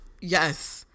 Yes